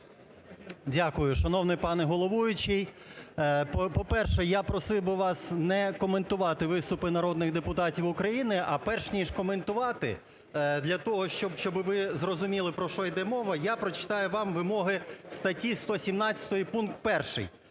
Дякую. Шановний пане головуючий, по-перше, я просив би вас не коментувати виступи народних депутатів України. А перш ніж коментувати, для того, щоби ви зрозуміли про що іде мова, я прочитаю вам вимоги статті 117 пункт